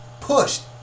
pushed